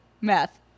meth